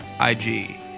IG